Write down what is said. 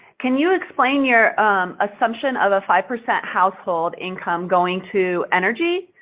can you explain your assumption of a five-percent household income going to energy?